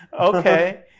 okay